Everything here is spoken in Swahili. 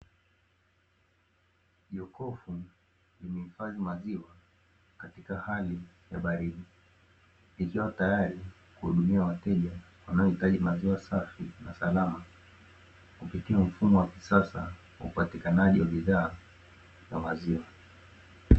Jokofu limehifadhi maziwa katika hali ya baridi, ikiwa tayari kuhudumia wateja wanaohitaji maziwa safi na salama, kupitia mfumo wa kisasa wa upatikanaji wa bidhaa za maziwa.